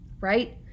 right